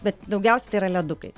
bet daugiausiai tai yra ledukai